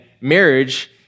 marriage